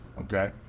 okay